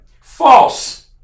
False